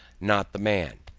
not the man.